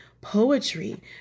poetry